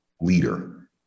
leader